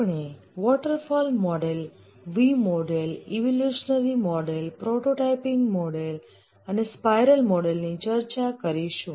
આપણે waterfall model V model evolutionary model prototyping model અને spiral model ની ચર્ચા કરીશું